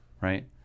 right